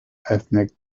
ethnic